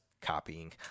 copying